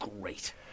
great